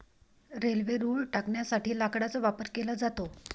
railway रुळ टाकण्यासाठी लाकडाचा वापर केला जातो